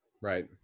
right